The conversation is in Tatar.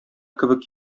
кебек